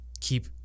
keep